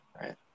right